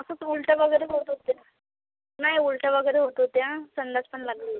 असंच उलट्या वगैरे होत होते नाही उलट्या वगैरे होत होत्या संडास पण लागली हो